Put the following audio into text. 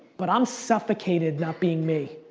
but i'm suffocated not being me.